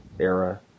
era